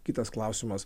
kitas klausimas